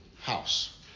house